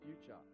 future